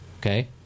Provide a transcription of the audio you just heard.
Okay